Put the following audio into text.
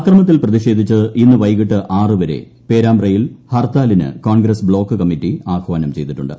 അക്രമത്തിൽ പ്രതിഷേധിച്ച് ഇന്ന് വൈകിട്ട് ആറ് വരെ പേരാമ്പ്രയിൽ ഹർത്താലിന് ക്ടോൺഗ്രസ് ബ്ലോക്ക് കമ്മറ്റി ആഹാനം ചെയ്തിട്ടുണ്ട്